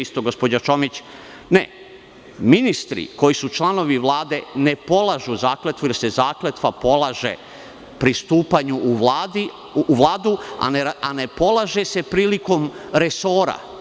Isto i gospođa Čomić, ministri koji su članovi Vlade ne polažu zakletvu jer se zakletva polaže pri stupanju u Vladu, a ne polaže se prilikom resora.